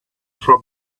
from